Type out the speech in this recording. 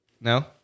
No